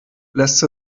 lässt